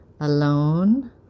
Alone